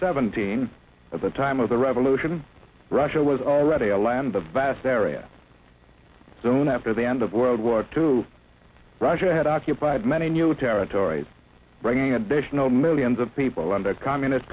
seventeen at the time of the revolution russia was already a land a vast area soon after the end of world war two russia had occupied many new territories bringing additional millions of people under communist